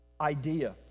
idea